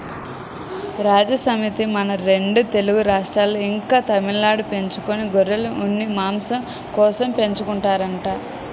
రాజస్థానూ, మన రెండు తెలుగు రాష్ట్రాల్లో, ఇంకా తమిళనాడులో పెంచే గొర్రెలను ఉన్ని, మాంసం కోసమే పెంచుతారంట